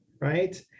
right